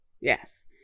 yes